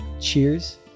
Cheers